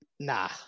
Nah